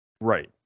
Right